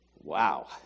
Wow